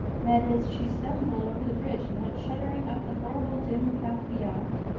that is, she stumbled over the bridge and went shuddering up the horrible dim path beyond.